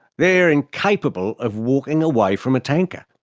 they are incapable of walking away from a tanker.